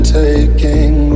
taking